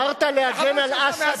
גמרת להגן על אסד,